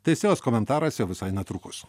teisėjos komentaras jau visai netrukus